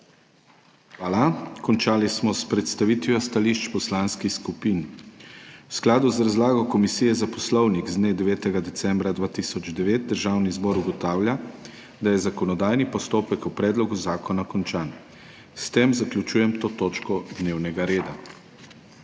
Hvala. Končali smo s predstavitvijo stališč poslanskih skupin. V skladu z razlago Komisije za poslovnik z dne 9. decembra 2009 Državni zbor ugotavlja, da je zakonodajni postopek o predlogu zakona končan. S tem zaključujem to točko dnevnega reda.